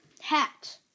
hat